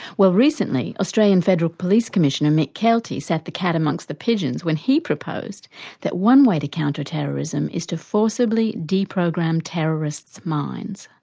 well recently australian federal police commissioner mick keelty set the cat amongst the pigeons when he proposed that one way to counter terrorism is to forcibly deprogram terrorists' minds.